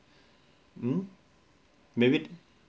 mm maybe